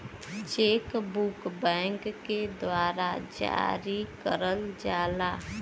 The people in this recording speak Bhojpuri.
चेक बुक बैंक के द्वारा जारी करल जाला